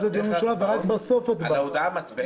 הדיון המשולב ורק בסוף ההצבעות.